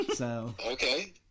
Okay